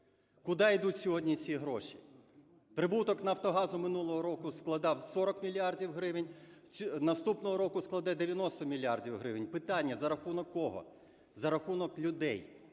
Куди йдуть сьогодні ці гроші? Прибуток "Нафтогазу" минулого року складав 40 мільярдів гривень, наступного року складе 90 мільярдів гривень. Питання: за рахунок кого? За рахунок наших